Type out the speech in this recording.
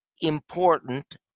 important